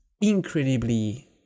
incredibly